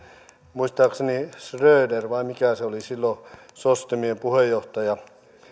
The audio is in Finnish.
muistaakseni schröder vai kuka se oli silloin sos demien puheenjohtaja